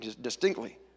distinctly